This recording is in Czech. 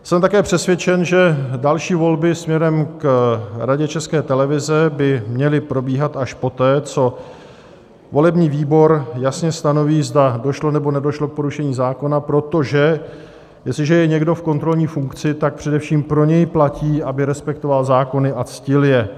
Jsem také přesvědčen, že další volby směrem k Radě České televize by měly probíhat až poté, co volební výbor jasně stanoví, zda došlo, nebo nedošlo k porušení zákona, protože jestliže je někdo v kontrolní funkci, tak především pro něj platí, aby respektoval zákony a ctil je.